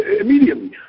immediately